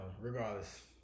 regardless